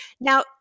Now